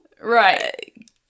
right